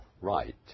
right